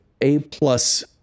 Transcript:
A-plus